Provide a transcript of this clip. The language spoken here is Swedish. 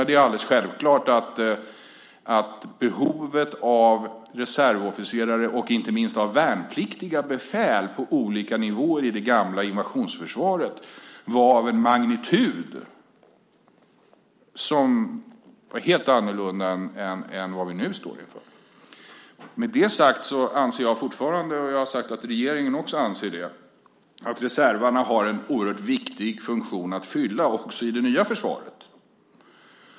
Det är alldeles självklart att behovet av reservofficerare och inte minst av värnpliktiga befäl på olika nivåer i det gamla invasionsförsvaret var av en helt annorlunda magnitud än vad vi nu står inför. Med detta sagt anser jag fortfarande - och jag har sagt att också regeringen anser det - att reservarna har en oerhört viktig funktion att fylla också i det nya försvaret.